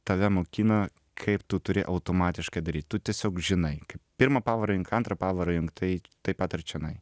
tave mokina kaip tu turi automatiškai daryt tu tiesiog žinai kaip pirmą pavarą junk antrą pavarą junk tai taip pat ir čionai